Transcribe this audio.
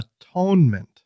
atonement